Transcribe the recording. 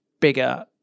bigger